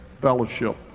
fellowship